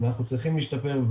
אנחנו צריכים להשתפר,